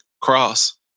Cross